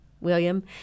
William